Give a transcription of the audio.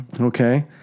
Okay